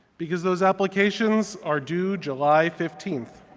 because those applications are due july fifteenth.